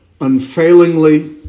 unfailingly